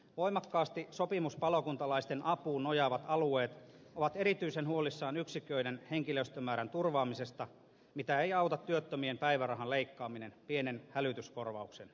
voimakkaasti sopimuspalokuntalaisten apuun nojaavat alueet ovat erityisen huolissaan yksiköiden henkilöstömäärän turvaamisesta mitä ei auta työttömien päivärahan leikkaaminen pienen hälytyskorvauksen takia